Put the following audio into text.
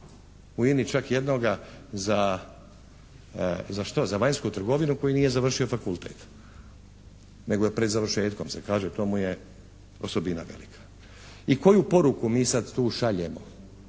U INA-i čak jednoga za vanjsku trgovinu koji nije završio fakultet nego je pred završetkom se kaže, to mu je osobina velika. I koju poruku mi sada tu šaljemo